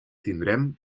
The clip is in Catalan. tindrem